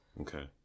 Okay